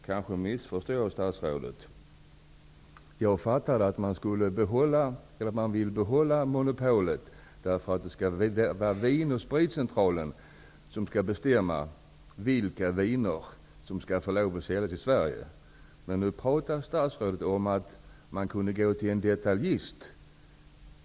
Kanske missförstod jag statsrådet. Jag har uppfattat att man vill behålla monopolet därför att Vin & Sprit skall få bestämma vilka viner som skall få lov att säljas i Sverige. Statsrådet talade nu om att man skulle kunna gå till en detaljist.